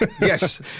Yes